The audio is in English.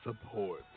support